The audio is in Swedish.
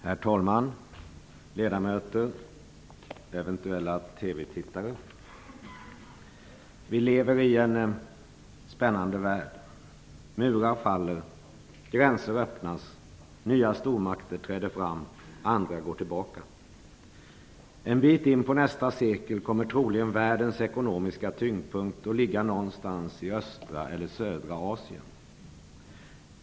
Herr talman! Ledamöter och eventuella TV tittare! Vi lever i en spännande värld. Murar faller. Gränser öppnas. Nya stormakter träder fram. Andra går tillbaka. En bit in på nästa sekel kommer troligen världens ekonomiska tyngdpunkt att ligga någonstans i östra eller södra Asien.